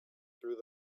through